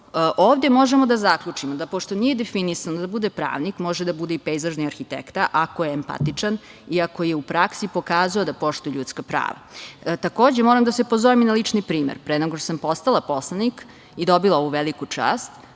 ovde možemo da zaključimo da pošto nije definisano da bude pravnik, može da bude i pejzažni arhitekta, ako je empatičan i ako je u praksi pokazao da poštuje ljudska prava. Takođe, moram da se pozovem i na lični primer. Pre nego što sam postala poslanik i dobila ovu veliku čast,